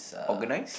organise